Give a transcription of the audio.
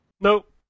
Nope